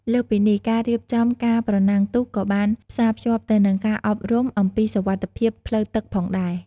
លើសពីនេះ ការរៀបចំការប្រណាំងទូកក៏បានផ្សារភ្ជាប់ទៅនឹងការអប់រំអំពីសុវត្ថិភាពផ្លូវទឹកផងដែរ។